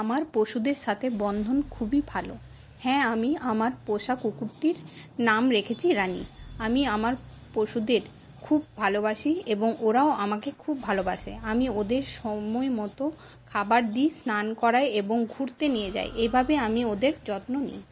আমার পশুদের সাথে বন্ধন খুবই ভালো হ্যাঁ আমি আমার পোষা কুকুরটির নাম রেখেছি রানি আমি আমার পশুদের খুব ভালোবাসি এবং ওরাও আমাকে খুব ভালোবাসে আমি ওদের সময় মতো খাবার দিই স্নান করাই এবং ঘুরতে নিয়ে যাই এভাবেই আমি ওদের যত্ন নিই